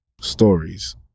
stories